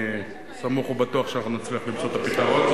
אני סמוך ובטוח שאנחנו נצליח למצוא את הפתרון.